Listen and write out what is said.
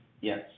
Yes